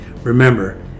Remember